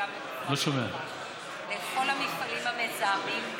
חוששת מכל המפעלים המזהמים,